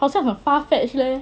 好像很 far fetched leh